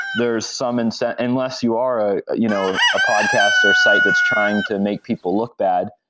there is some and so unless you are a you know podcast or site that's trying to make people look bad,